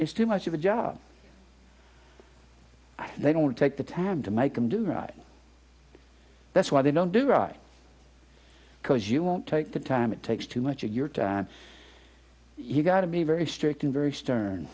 it's too much of a job they don't take the time to make them do right that's why they don't do right because you won't take the time it takes too much of your time you've got to be very strict and very stern